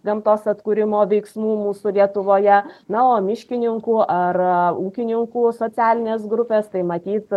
gamtos atkūrimo veiksmų mūsų lietuvoje na o miškininkų ar ūkininkų socialinės grupės tai matyt